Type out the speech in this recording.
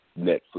Netflix